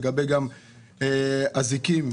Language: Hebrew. לגבי אזיקים,